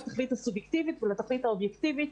כלל לתכלית הסובייקטיבית ולתכלית האובייקטיבית